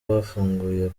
bafunguye